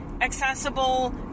accessible